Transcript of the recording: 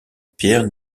pierre